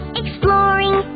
exploring